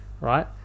right